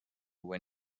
when